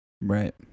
Right